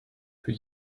für